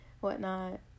whatnot